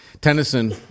Tennyson